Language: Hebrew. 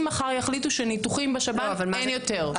אם מחר יחליטו שניתוחים בשב"ן אין יותר.